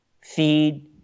feed